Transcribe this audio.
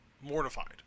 Mortified